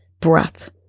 breath